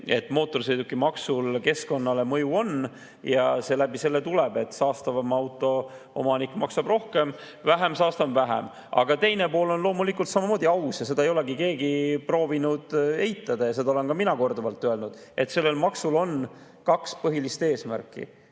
et mootorsõidukimaksul on keskkonnale mõju ja see tuleb sellest, et saastavama auto omanik maksab rohkem, vähem saastava [omanik] vähem. Aga teine pool on loomulikult samamoodi aus ja seda ei ole keegi proovinud eitada, seda olen ka mina korduvalt öelnud, et sellel maksul on kaks põhilist eesmärki.